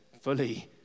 fully